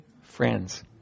friends